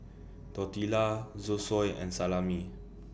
Tortillas Zosui and Salami